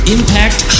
Impact